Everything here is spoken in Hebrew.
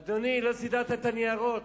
אדוני, לא סידרת את הניירות,